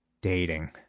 dating